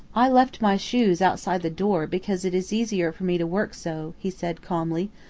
i left my shoes outside the door because it is easier for me to work so, he said calmly,